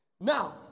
Now